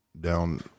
down